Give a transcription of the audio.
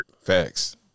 Facts